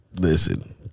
Listen